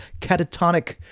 catatonic